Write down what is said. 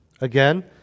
Again